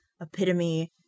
epitome